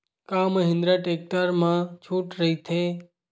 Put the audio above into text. का महिंद्रा टेक्टर मा छुट राइथे?